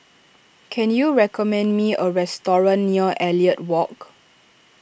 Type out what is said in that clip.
can you recommend me a restaurant near Elliot Walk